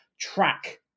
track